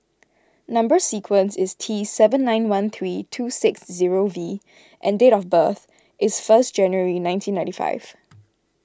Number Sequence is T seven nine one three two six zero V and date of birth is first January nineteen ninety five